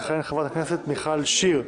תכהן חברת הכנסת מיכל שיר,